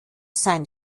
seine